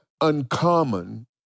uncommon